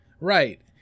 Right